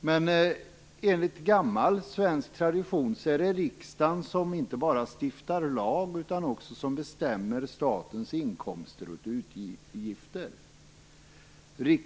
Men enligt gammal svensk tradition är det riksdagen som inte bara stiftar lag utan också bestämmer statens inkomster och utgifter.